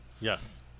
Yes